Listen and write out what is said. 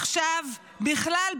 עכשיו בכלל,